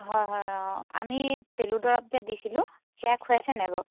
হয় হয় অঁ আমি পেলু দৰৱ যে দিছিলোঁ সেয়া খুৱাইছে নে নাই বাৰু